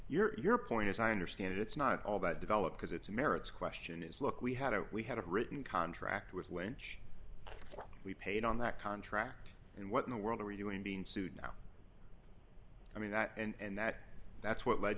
honor your point is i understand it's not all that developed because it's merits question is look we had a we had a written contract with lynch we paid on that contract and what in the world are we doing being sued now i mean that and that that's what led